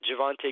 Javante